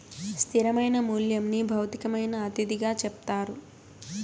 స్థిరమైన మూల్యంని భౌతికమైన అతిథిగా చెప్తారు